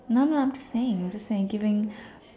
none lah I'm just saying just saying giving